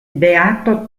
beato